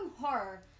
horror